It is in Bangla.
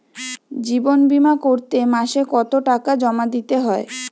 জীবন বিমা করতে মাসে কতো টাকা জমা দিতে হয়?